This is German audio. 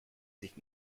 sich